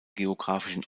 geographischen